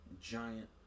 giant